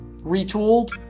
retooled